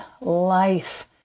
life